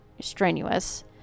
strenuous